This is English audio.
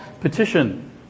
petition